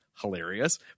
hilarious